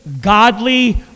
godly